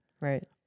Right